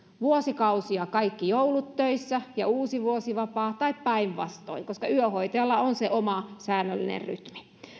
vuosikausia kaikki joulut töissä ja uusivuosi vapaata tai päinvastoin koska yöhoitajalla on se oma säännöllinen rytmi